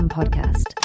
podcast